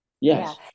yes